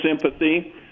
sympathy